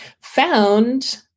found